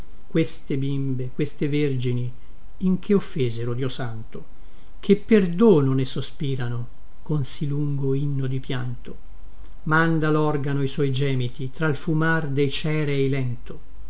queste bimbe queste vergini che offesero dio santo che perdòno ne sospirano con sì lungo inno di pianto manda lorgano i suoi gemiti tral fumar de cerei lento